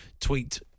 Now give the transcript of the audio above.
tweet